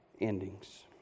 endings